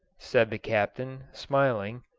said the captain, smiling,